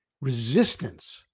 resistance